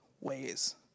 ways